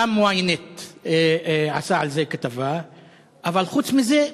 ynet עשה גם על זה כתבה, אבל חוץ מזה,